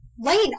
Lane